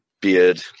beard